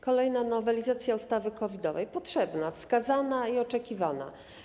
Kolejna nowelizacja ustawy COVID-owej - potrzebna, wskazana i oczekiwana.